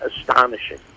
astonishing